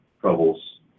troubles